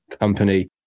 company